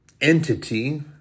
entity